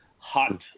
hot